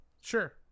sure